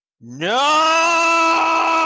No